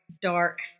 dark